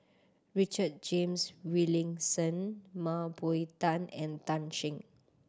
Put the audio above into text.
Richard James Wilkinson Mah Bow Tan and Tan Shen